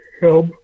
help